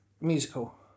musical